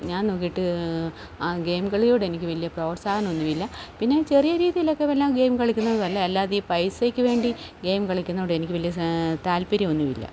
ഞാൻ നോക്കിയിട്ട് ആ ഗെയിം കളിയോട് എനിക്ക് വലിയ പ്രോത്സാഹനം ഒന്നുമില്ല പിന്നെ ചെറിയ രീതിയിലൊക്കെ വല്ല ഗെയിം കളിക്കുന്നതും അല്ല അല്ലാതെയും ഈ പൈസയ്ക്ക് വേണ്ടി ഗെയിം കളിക്കുന്നതിനോട് എനിക്ക് വലിയ താല്പര്യമൊന്നുമില്ല